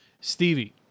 Stevie